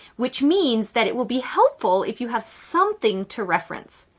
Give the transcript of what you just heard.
which means that it will be helpful if you have something to reference.